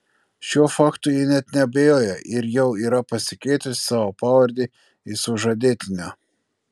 šiuo faktu ji net neabejoja ir jau yra pasikeitusi savo pavardę į sužadėtinio